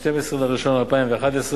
12 בינואר 2011,